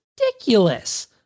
ridiculous